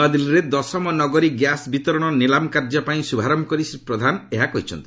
ନ୍ତଆଦିଲ୍ଲୀରେ ଦଶମ ନଗରୀ ଗ୍ୟାସ୍ ବିତରଣ ନିଲାମ କାର୍ଯ୍ୟ ପାଇଁ ଶ୍ରଭାରମ୍ଭ କରି ଶ୍ରୀ ପ୍ରଧାନ ଏହା କହିଛନ୍ତି